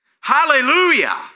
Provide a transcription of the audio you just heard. Hallelujah